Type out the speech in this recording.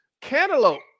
cantaloupe